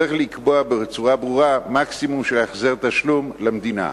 צריך לקבוע בצורה ברורה מקסימום של החזר תשלום למדינה.